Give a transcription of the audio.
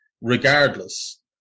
regardless